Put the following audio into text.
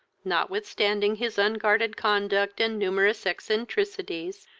notwithstanding his unguarded conduct and numerous eccentricities,